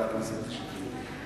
חבר הכנסת שטרית.